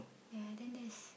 ya then there's